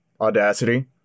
Audacity